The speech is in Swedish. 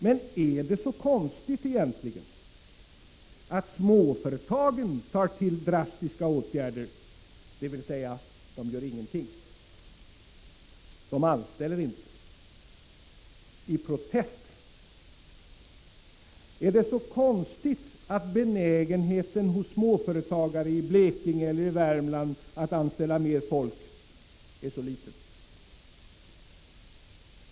Men är det egentligen så konstigt att småföretagen tar till drastiska åtgärder, dvs. de gör ingenting? De anställer inte — i protest. Är det så konstigt att benägenheten hos småföretagare i Blekinge eller i Värmland att anställa mer folk är så liten?